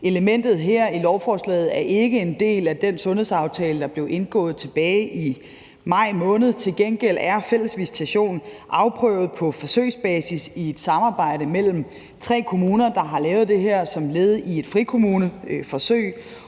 Elementet her i lovforslaget er ikke en del af den sundhedsaftale, der blev indgået tilbage i maj måned. Til gengæld er fælles visitation afprøvet på forsøgsbasis i et samarbejde mellem tre kommuner, der har lavet det her som led i et frikommuneforsøg,